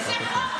בבקשה.